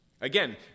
Again